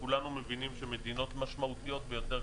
וכולנו מבינים שמדינות משמעותיות ביותר,